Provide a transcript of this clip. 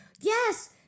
Yes